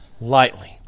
lightly